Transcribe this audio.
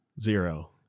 zero